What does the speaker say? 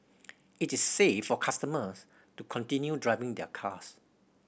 it is safe for customers to continue driving their cars